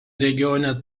regione